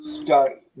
start